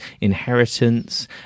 inheritance